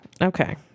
Okay